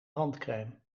handcrème